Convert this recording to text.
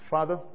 Father